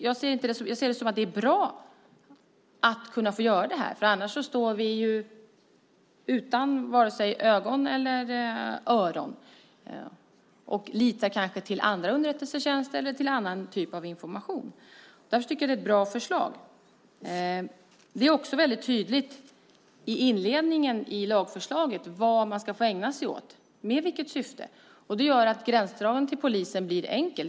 Jag ser det som bra att kunna få göra det här, för annars står vi utan både ögon och öron och får kanske lita till andra underrättelsetjänster eller till annan typ av information. Jag tycker att det är ett bra förslag. Det är också mycket tydligt i inledningen av lagförslaget vad man ska få ägna sig åt och med vilket syfte. Det gör att gränsdragningen till polisen blir enkel.